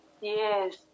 Yes